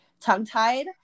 tongue-tied